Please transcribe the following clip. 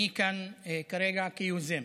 אני כאן כרגע כיוזם.